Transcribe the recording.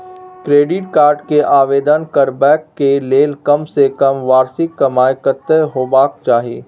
Credit card के आवेदन करबैक के लेल कम से कम वार्षिक कमाई कत्ते होबाक चाही?